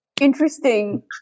Interesting